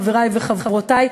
חברי וחברותי,